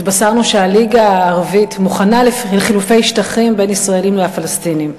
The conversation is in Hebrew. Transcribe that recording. התבשרנו שהליגה הערבית מוכנה לחילופי שטחים בין ישראל והפלסטינים.